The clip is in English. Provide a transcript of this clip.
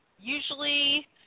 Usually